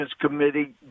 Committee